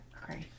great